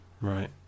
Right